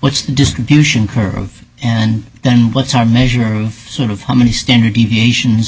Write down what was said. what's the distribution curve and then what's our measure of how many standard deviations